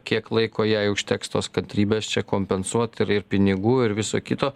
kiek laiko jai užteks tos kantrybės čia kompensuot ir ir pinigų ir viso kito